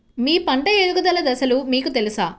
మీ పంట ఎదుగుదల దశలు మీకు తెలుసా?